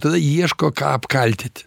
tada ieško ką apkaltyti